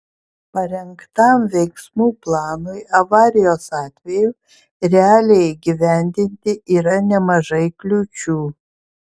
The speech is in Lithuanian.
parengtam veiksmų planui avarijos atveju realiai įgyvendinti yra nemažai kliūčių